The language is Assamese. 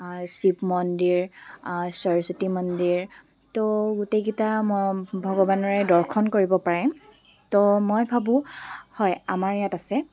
শিৱ মন্দিৰ সৰস্বতী মন্দিৰ তো গোটেইকেইটা ভগৱানৰে দৰ্শন কৰিব পাৰে তো মই ভাবোঁ হয় আমাৰ ইয়াত আছে